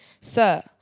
Sir